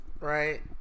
right